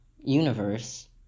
universe